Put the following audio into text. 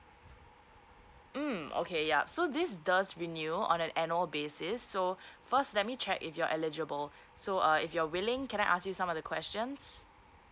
mm okay yup so this does renew on an annual basis so first let me check if you're eligible so uh if you're willing can I ask you some other questions